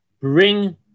bring